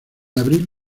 abril